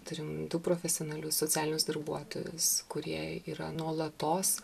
turim du profesionalius socialinius darbuotojus kurie yra nuolatos